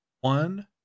one